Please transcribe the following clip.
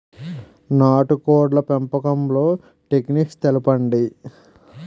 నాటుకోడ్ల పెంపకంలో టెక్నిక్స్ తెలుపండి?